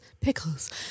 Pickles